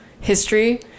history